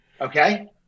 Okay